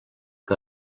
que